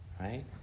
right